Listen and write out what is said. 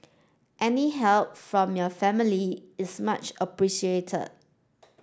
any help from your family is much appreciated